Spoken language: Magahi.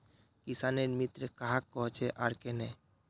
किसानेर मित्र कहाक कोहचे आर कन्हे?